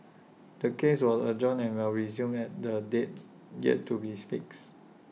the case was adjourned and will resume at A date yet to bees fixed